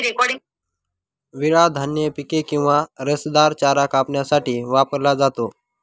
विळा धान्य पिके किंवा रसदार चारा कापण्यासाठी वापरला जातो